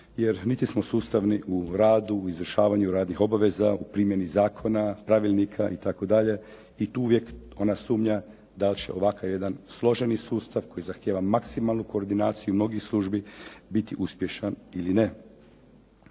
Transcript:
jer niti smo sustavni u radu, u izvršavanju radnih obaveza, u primjeni zakona, pravilnika itd. i tu uvijek ona sumnja da li će ovakav jedan složeni sustav koji zahtijeva maksimalnu koordinaciju mnogih službi biti uspješan ili ne.